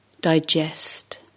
digest